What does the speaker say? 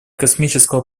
космического